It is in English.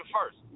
first